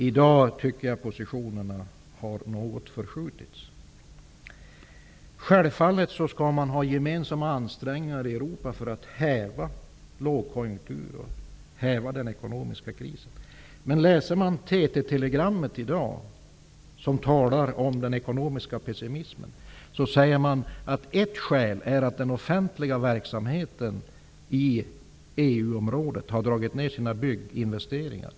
I dag tycker jag att positionerna har förskjutits något. Självfallet skall man i Europa göra gemensamma ansträngningar för att häva lågkonjunkturen och den ekonomiska krisen. Man kan läsa i ett TT telegram från i dag att ett skäl till den ekonomiska pessimismen är att man inom den offentliga verksamheten inom EU-området har dragit ned på bygginvesteringarna.